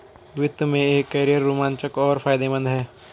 वित्त में एक कैरियर रोमांचक और फायदेमंद है